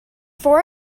for